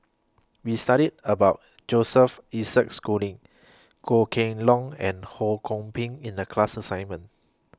We studied about Joseph Isaac Schooling Goh Kheng Long and Ho Kwon Ping in The class assignment